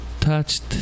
touched